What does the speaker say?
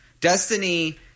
Destiny